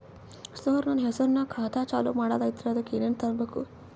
ಸರ, ನನ್ನ ಹೆಸರ್ನಾಗ ಖಾತಾ ಚಾಲು ಮಾಡದೈತ್ರೀ ಅದಕ ಏನನ ತರಬೇಕ?